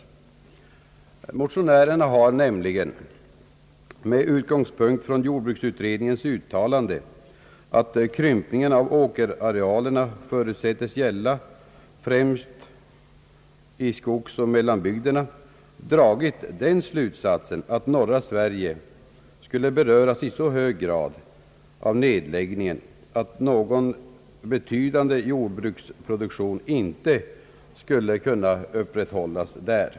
Motionärerna har nämligen med utgångspunkt från jordbruksutredningens uttalande, att krympningen av åkerarealerna förutsätts gälla främst skogsoch mellanbygderna, dragit den slutsatsen, att norra Sverige skulle beröras i så hög grad av nedläggningen att någon betydande jordbruksproduktion inte skulle kunna upprätthållas där.